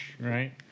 right